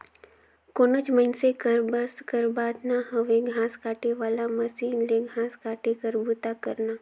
कोनोच मइनसे कर बस कर बात ना हवे घांस काटे वाला मसीन ले घांस काटे कर बूता करना